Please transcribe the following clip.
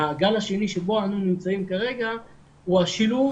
הגל השני שבו אנו נמצאים כרגע הוא השילוב